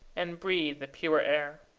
and breathe the pure air.